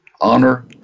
honor